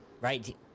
right